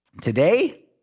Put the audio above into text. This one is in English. Today